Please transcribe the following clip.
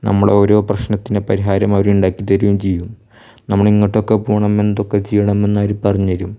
നമ്മളോരോ പ്രശ്നത്തിന് പരിഹാരം അവര് ഇണ്ടാക്കി തരുകയും ചെയ്യും നമ്മൾ എങ്ങോട്ടെക്കൊക്കെ പോകണം എന്തൊക്കെ ചെയ്യണമെന്ന് അവര് പറഞ്ഞ് തരും